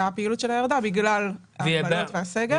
הפעילות שלה ירדה בגלל ההגבלות והסגר.